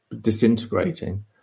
disintegrating